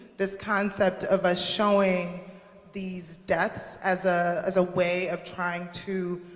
this concept of us showing these deaths as ah as a way of trying to